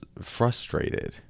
frustrated